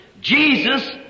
Jesus